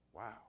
Wow